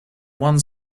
one